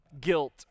guilt